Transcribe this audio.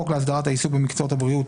חוק הסדרת העיסוק במקצועות הבריאות,